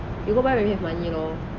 you go buy when you have money lor